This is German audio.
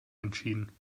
entschieden